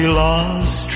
lost